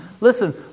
Listen